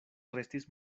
restis